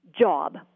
job